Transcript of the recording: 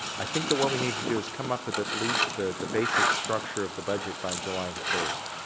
i think that what we need to do is come up with at least the the basic structure of the budget by july the first.